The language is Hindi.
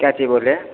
क्या जी बोले